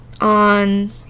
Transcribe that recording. on